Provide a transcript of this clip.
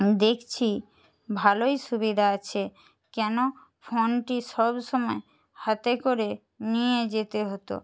দেখছি ভালোই সুবিধা আছে কেন ফোনটি সবসময় হাতে করে নিয়ে যেতে হতো